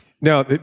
now